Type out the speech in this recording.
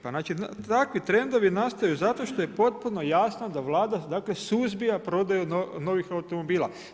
Pa takvi trendovi nastaju zato što je potpuno jasno da Vlada suzbija prodaju novih automobila.